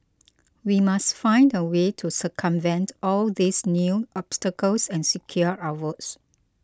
we must find a way to circumvent all these new obstacles and secure our votes